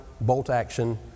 bolt-action